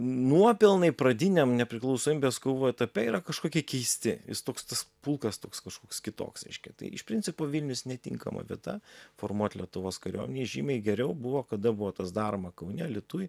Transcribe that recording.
nuopelnai pradiniam nepriklausomybės kovų etape yra kažkokie keisti jis toks tas pulkas toks kažkoks kitoks reiškia tai iš principo vilnius netinkama vieta formuot lietuvos kariuomenei žymiai geriau buvo kada buvo tas daroma kaune alytuj